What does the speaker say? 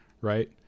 right